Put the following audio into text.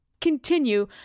continue